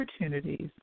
opportunities